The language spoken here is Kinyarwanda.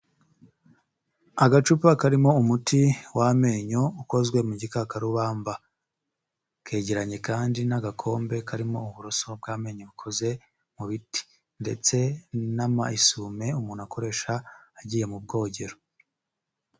Agacupa karimo umuti w'amenyo ukozwe mu gikakarubamba. Kegeranye kandi n'agakombe karimo uburoso bw'amenyo bukoze mu biti ndetse n'amasume umuntu akoresha agiye mu bwogero.